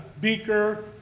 beaker